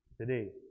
today